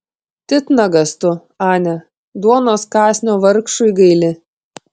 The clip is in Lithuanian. titnagas tu ane duonos kąsnio vargšui gaili